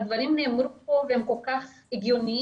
הדברים נאמרו פה והם כל כך הגיוניים.